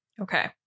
okay